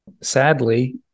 Sadly